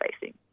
facing